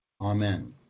Amen